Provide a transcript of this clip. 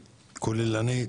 כוללני,